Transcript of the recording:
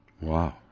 Wow